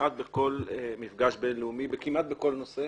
כמעט בכל מפגש בין-לאומי וכמעט בכל נושא